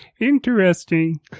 interesting